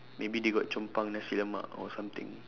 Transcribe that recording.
maybe they got chong pang nasi lemak or something